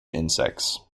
insects